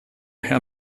herr